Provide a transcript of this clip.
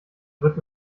wird